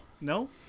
No